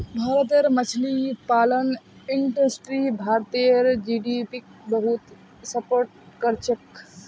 भारतेर मछली पालन इंडस्ट्री भारतेर जीडीपीक बहुत सपोर्ट करछेक